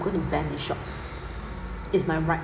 going to ban this shop it's my right